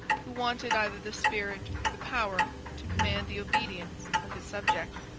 who wanted either the spirit or the power to command the obedience of his subjects.